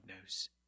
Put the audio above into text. knows